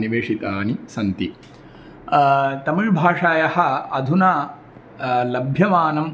निवेषितानि सन्ति तमिळ् भाषायाः अधुना लभ्यमानम्